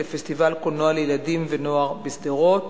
לפסטיבל קולנוע לילדים ונוער בשדרות,